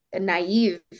naive